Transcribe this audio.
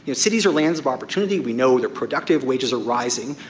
you know cities are lands of opportunity. we know that productive wages are rising.